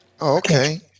Okay